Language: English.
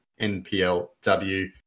NPLW